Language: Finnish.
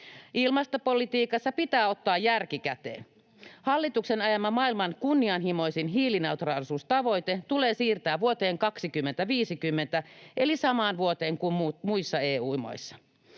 Ilmastopolitiikassa pitää ottaa järki käteen. Hallituksen ajama maailman kunnianhimoisin hiilineutraalisuustavoite tulee siirtää vuoteen 2050 eli samaan vuoteen kuin muissa EU-maissa.